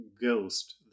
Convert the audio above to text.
ghost